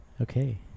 Okay